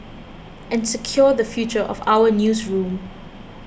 and secure the future of our newsroom